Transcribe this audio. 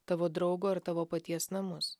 tavo draugo ir tavo paties namus